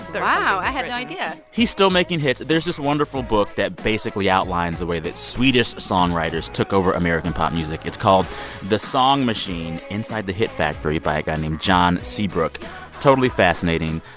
wow. i had no idea he's still making hits. there's just a wonderful book that basically outlines the way that swedish songwriters took over american pop music. it's called the song machine inside the hit factory by a guy named john seabrook totally fascinating.